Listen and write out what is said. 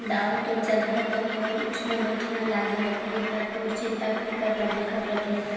दाऊ तोर जघा तो मोर उठना बइठना लागे रथे त तोर चिंता फिकर ल देखत रथें